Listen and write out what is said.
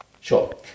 Sure